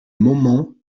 moment